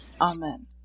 Amen